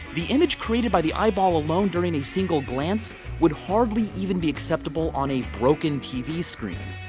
the image created by the eyeball alone during a single glance would hardly even be acceptable on a broken tv screen.